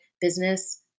business